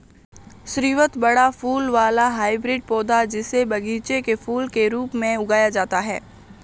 स्रीवत बड़ा फूल वाला हाइब्रिड पौधा, जिसे बगीचे के फूल के रूप में उगाया जाता है